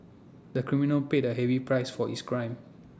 the criminal paid A heavy price for his crime